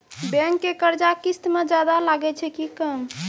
Bank के कर्जा किस्त मे ज्यादा लागै छै कि कम?